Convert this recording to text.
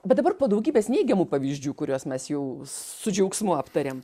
bet dabar po daugybės neigiamų pavyzdžių kuriuos mes jau su džiaugsmu aptarėm